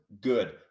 Good